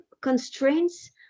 constraints